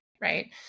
right